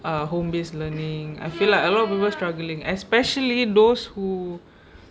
are home based learning okay lah a lot of people struggling especially those who